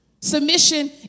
Submission